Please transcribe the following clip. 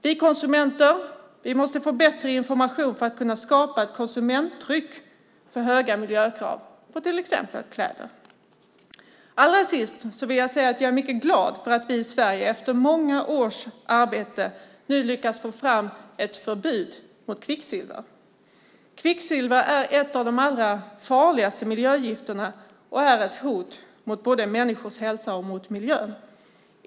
Vi konsumenter måste få bättre information för att kunna skapa ett konsumenttryck för höga miljökrav på till exempel kläder. Allra sist vill jag säga att jag är mycket glad för att vi i Sverige efter många års arbete nu lyckats få fram ett förbud mot kvicksilver. Kvicksilver är ett av de allra farligaste miljögifterna och är ett hot mot både människors hälsa och miljön.